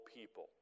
people